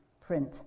print